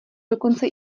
dokonce